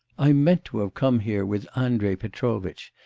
i meant to have come here with andrei petrovitch,